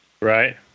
Right